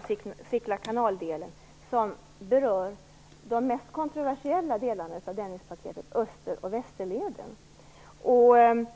- Sickla kanal-delen - som berör de mest kontroversiella delarna av Dennispaketet, Öster och Västerleden.